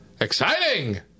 Exciting